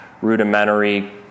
rudimentary